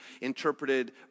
interpreted